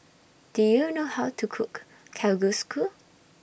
Do YOU know How to Cook Kalguksu